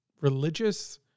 religious